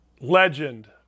legend